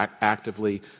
actively